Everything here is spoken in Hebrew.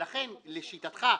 ולכן לשיטתך,